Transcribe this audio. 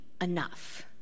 enough